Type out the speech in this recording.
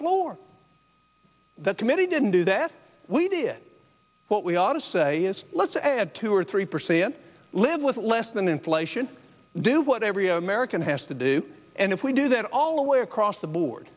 floor that committee didn't do that we did what we ought to say is let's add two or three percent live with less than inflation do what every american has to do and if we do that all the way across the board